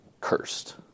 cursed